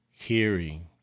hearing